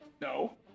No